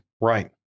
right